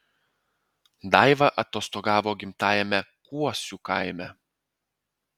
daiva atostogavo gimtajame kuosių kaime